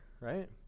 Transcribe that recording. right